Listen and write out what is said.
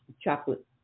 chocolate